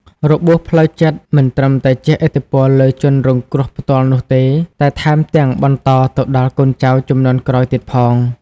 របួសផ្លូវចិត្តមិនត្រឹមតែជះឥទ្ធិពលលើជនរងគ្រោះផ្ទាល់នោះទេ តែថែមទាំងបន្តទៅដល់កូនចៅជំនាន់ក្រោយទៀតផង។